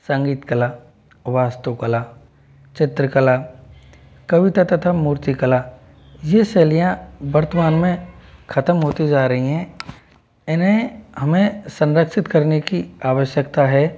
संगीत कला वास्तु कला चित्र कला कविता तथा मूर्ति कला ये शैलियाँ वर्तमान में खत्म होती जा रही हैं इन्हें हमें संरक्षित करने की आवश्यकता है